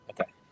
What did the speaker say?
Okay